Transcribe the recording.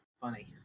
funny